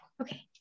Okay